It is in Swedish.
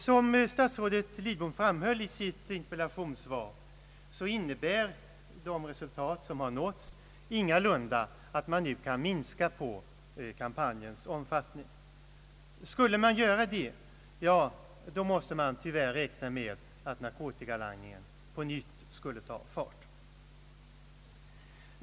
Såsom statsrådet Lidbom framhöll i sitt interpellationssvar innebär de resultat som har nåtts ingalunda att man nu kan minska kampanjens omfattning. Skulle man göra det måste man tyvärr räkna med att narkotikalangningen på nytt skulle ta fart.